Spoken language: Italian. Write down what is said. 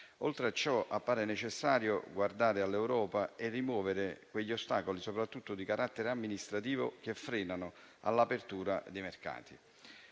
Oltre a ciò, appare necessario guardare all'Europa e rimuovere gli ostacoli, soprattutto di carattere amministrativo, che frenano all'apertura dei mercati.